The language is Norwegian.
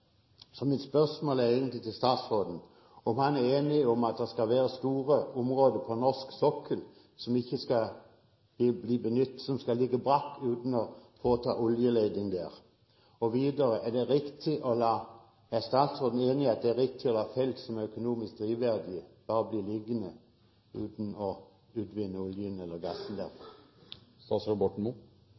Så mitt spørsmål til statsråden er egentlig om han er enig i at det skal være store områder på norsk sokkel som skal ligge brakk, at man ikke skal foreta oljeleting der. Videre: Er statsråden enig i at det er riktig å la felt som er økonomisk drivverdige, bare bli liggende uten å utvinne oljen eller